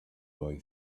boy